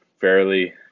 fairly